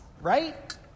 right